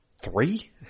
Three